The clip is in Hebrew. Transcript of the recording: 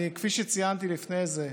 כפי שציינתי לפני זה,